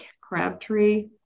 Crabtree